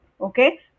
okay